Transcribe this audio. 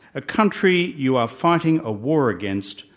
a country you are fighting a war against,